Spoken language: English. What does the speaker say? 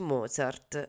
Mozart